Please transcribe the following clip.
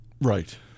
Right